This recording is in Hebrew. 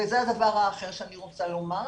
וזה הדבר האחר שאני רוצה לומר,